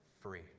free